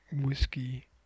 whiskey